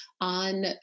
on